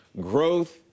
Growth